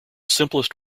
simplest